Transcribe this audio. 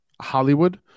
Hollywood